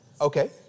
Okay